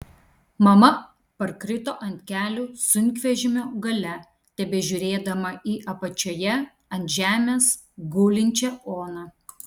mama parkrito ant kelių sunkvežimio gale tebežiūrėdama į apačioje ant žemės gulinčią oną